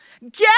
get